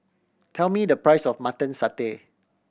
tell me the price of Mutton Satay